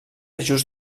just